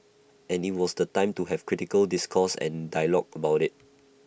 and IT was the time to have critical discourse and dialogue about IT